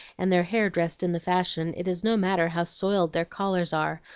and their hair dressed in the fashion, it is no matter how soiled their collars are,